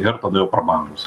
ir tada jau prabangūs